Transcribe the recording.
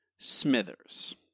Smithers